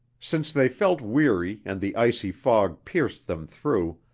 since they felt weary and the icy fog pierced them through,